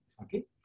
okay